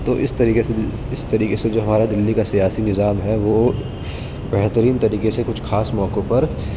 تو اس طریقے سے اس طریقے سے جو ہمارا دہلی کا سیاسی نظام ہے وہ بہترین طریقے سے کچھ خاس موقعوں پر